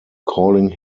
calling